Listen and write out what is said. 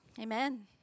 Amen